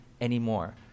anymore